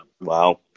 Wow